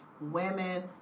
Women